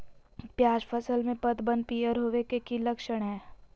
प्याज फसल में पतबन पियर होवे के की लक्षण हय?